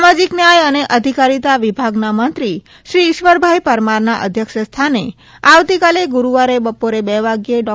સામાજિક ન્યાય અને અધિકારીતા વિભાગના મંત્રી શ્રી ઈશ્વરભાઈ પરમારના અધ્યક્ષસ્થાને આવતીકાલે ગુરુવારે બપોરે બે વાગ્યે ડૉ